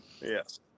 Yes